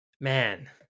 Man